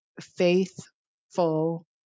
faithful